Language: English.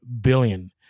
billion